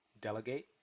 Delegate